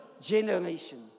generation